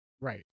Right